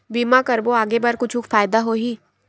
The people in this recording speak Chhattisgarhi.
बीमा करबो आगे बर कुछु फ़ायदा होही?